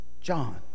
John